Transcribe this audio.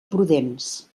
prudents